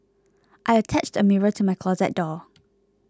I attached a mirror to my closet door